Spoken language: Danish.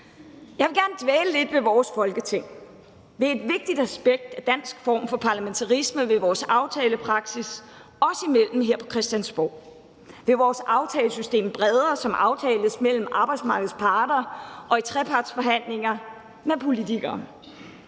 Jeg vil gerne dvæle lidt ved vores Folketing, ved et vigtigt aspekt af den danske form for parlamentarisme og vores aftalepraksis os imellem her på Christiansborg, ved vores brede aftalesystem, hvor der laves aftaler mellem arbejdsmarkedets parter og i trepartsforhandlinger med politikere.